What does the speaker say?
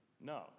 No